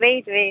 weight weight